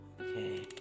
okay